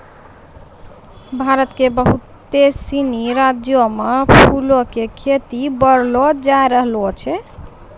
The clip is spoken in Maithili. भारत के बहुते सिनी राज्यो मे फूलो के खेती बढ़लो जाय रहलो छै